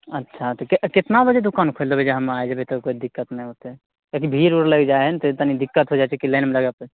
अच्छा तऽ कए केतना बजे दोकान खोलि देबै जे हम आइ जेबै तब कोइ दिक्कत नहि होतै किएकि भीड़ उड़ लागि जा हय ने तऽ तनी दिक्कत होइ जाइ छै कि लाइनमे लगे